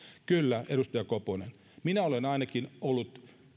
kyllä edustaja koponen minä olen ainakin ollut